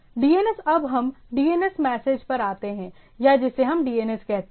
DNS अब हम DNS message पर आते हैं या जिसे हम DNS कहते हैं